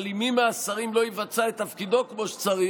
אבל אם מי מהשרים לא יבצע את תפקידו כפי שצריך,